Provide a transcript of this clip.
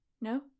No